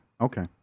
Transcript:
Okay